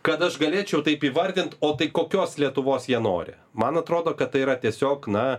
kad aš galėčiau taip įvardint o tai kokios lietuvos jie nori man atrodo kad tai yra tiesiog na